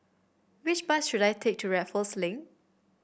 which bus should I take to Raffles Link